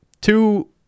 two